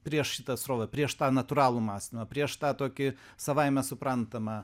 prieš srovę prieš tą natūralų mąstymą prieš tą tokį savaime suprantamą